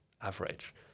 average